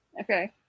Okay